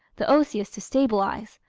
the osseous to stabilize,